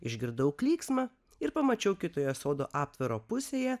išgirdau klyksmą ir pamačiau kitoje sodo aptvaro pusėje